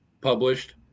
published